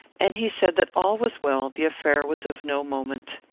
and he said that all was well the affair was of no moment.